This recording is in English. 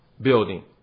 building